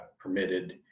permitted